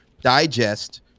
Digest